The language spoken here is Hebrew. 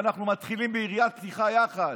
ואנחנו מתחילים ביריית פתיחה יחד.